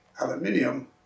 aluminium